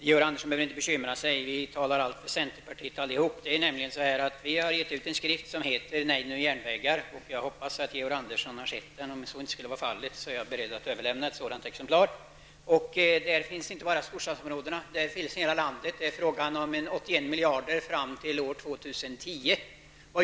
Herr talman! Georg Andersson behöver inte bekymra sig. Allihop talar för centerpartiet. Vi har gett ut en skrift som heter Nej, nu järnvägar. Jag hoppas att Georg Andersson har sett skriften. Om så inte skulle vara fallet är jag beredd att överlämna ett exemplar. I skriften behandlas inte bara storstadsområdena utan hela landet. Det gäller 81 miljarder kronor fram till år 2010.